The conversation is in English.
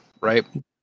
right